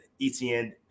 ETN